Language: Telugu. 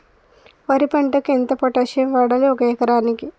వరి పంటకు ఎంత పొటాషియం వాడాలి ఒక ఎకరానికి?